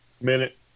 minute